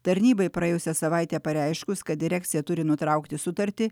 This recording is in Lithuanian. tarnybai praėjusią savaitę pareiškus kad direkcija turi nutraukti sutartį